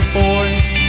boys